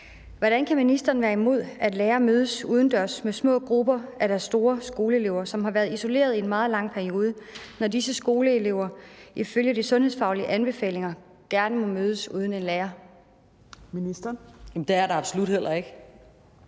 Hvordan kan ministeren være imod, at lærere mødes udendørs med små grupper af deres store skoleelever, som har været isoleret i en meget lang periode, når disse skoleelever ifølge de sundhedsfaglige anbefalinger gerne må mødes uden en lærer? Kl. 15:09 Fjerde